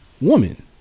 woman